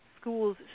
schools